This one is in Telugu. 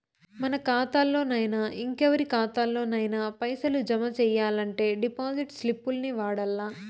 మన కాతాల్లోనయినా, ఇంకెవరి కాతాల్లోనయినా పైసలు జమ సెయ్యాలంటే డిపాజిట్ స్లిప్పుల్ని వాడల్ల